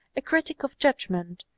a critic of judgment,